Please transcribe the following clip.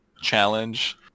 challenge